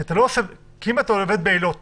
אם אתה נוסע כל יום לאילות